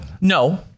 No